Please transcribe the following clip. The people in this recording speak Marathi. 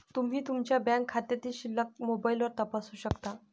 तुम्ही तुमच्या बँक खात्यातील शिल्लक मोबाईलवर तपासू शकता